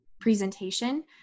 presentation